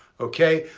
okay,